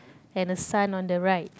and a sun on the right